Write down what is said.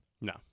No